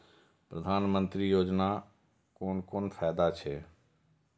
प्रधानमंत्री योजना कोन कोन फायदा छै?